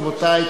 רבותי.